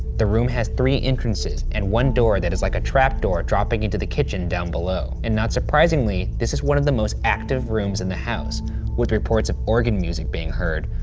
the room has three entrances and one door that is like a trap door dropping into the kitchen down below. and not surprisingly, this is one of the most active rooms in the house with reports of organ music being heard,